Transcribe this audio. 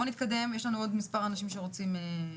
בואו נתקדם, יש לנו עוד מספר אנשים שרוצים לדבר.